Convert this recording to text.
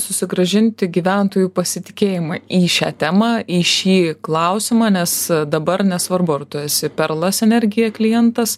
susigrąžinti gyventojų pasitikėjimą į šią temą į šį klausimą nes dabar nesvarbu ar tu esi perlas energija klientas